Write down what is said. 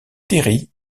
terry